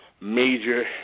major